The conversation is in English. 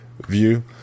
view